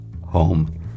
home